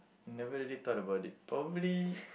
I never really thought about it probably